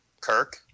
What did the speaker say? Kirk